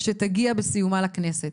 שתגיע בסיומה לכנסת